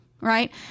Right